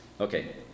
Okay